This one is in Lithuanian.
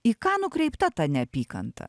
į ką nukreipta ta neapykanta